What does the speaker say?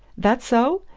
that so?